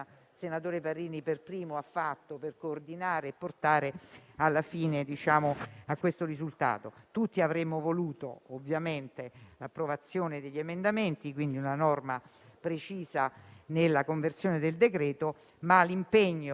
lavoro che per primo ha svolto per coordinare e portare a questo risultato. Tutti avremmo voluto l'approvazione degli emendamenti e, quindi, di una norma precisa nella conversione del decreto, ma l'impegno